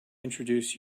introduce